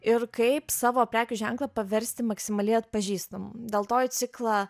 ir kaip savo prekių ženklą paversti maksimaliai atpažįstamu dėl to į ciklą